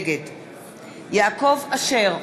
נגד יעקב אשר,